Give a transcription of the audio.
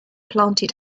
planted